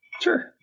Sure